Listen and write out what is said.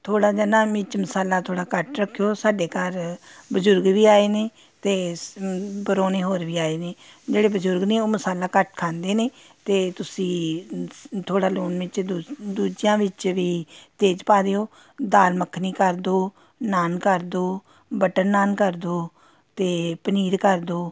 ਥੋੜ੍ਹਾ ਜਿਹਾ ਨਾ ਮਿਰਚ ਮਸਾਲਾ ਥੋੜ੍ਹਾ ਘੱਟ ਰੱਖਿਓ ਸਾਡੇ ਘਰ ਬਜ਼ੁਰਗ ਵੀ ਆਏ ਨੇ ਅਤੇ ਸ ਪ੍ਰਾਹੁਣੇ ਹੋਰ ਵੀ ਆਏ ਨੇ ਜਿਹੜੇ ਬਜ਼ੁਰਗ ਨੇ ਉਹ ਮਸਾਲਾ ਘੱਟ ਖਾਂਦੇ ਨੇ ਤਾਂ ਤੁਸੀਂ ਥੋੜ੍ਹਾ ਲੂਣ ਮਿਰਚ ਦੂ ਦੂਜਿਆਂ ਵਿੱਚ ਵੀ ਤੇਜ ਪਾ ਦਿਓ ਦਾਲ ਮੱਖਣੀ ਕਰ ਦਿਓ ਨਾਨ ਕਰ ਦਿਓ ਬਟਰ ਨਾਨ ਕਰ ਦਿਓ ਅਤੇ ਪਨੀਰ ਕਰ ਦਿਓ